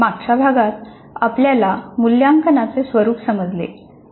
मागच्या भागात आपल्याला मूल्यांकनचे स्वरूप समजले